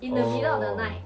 oh